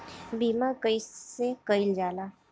बीमा कइसे कइल जाला?